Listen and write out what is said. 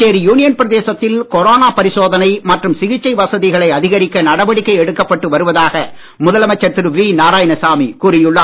Puducherry union பிரதேசத்தில் corona பரிசோதனை மற்றும் சிகிச்சை வசதிகளை அதிகரிக்க நடவடிக்கை எடுக்கப்பட்டு வருவதாக முதலமைச்சர் திரு வி நாராயணசாமி கூறியுள்ளார்